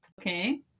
Okay